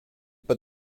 but